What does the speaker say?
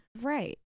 right